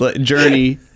journey